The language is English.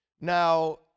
Now